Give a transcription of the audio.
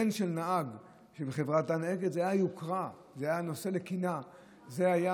בן של נהג בחברת דן או אגד זה היה יוקרה, זה היה